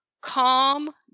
calm